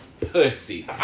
pussy